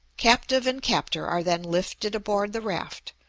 captive and captor are then lifted aboard the raft,